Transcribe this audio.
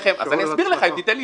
אז אני אסביר לך, אם תיתן לי.